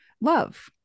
love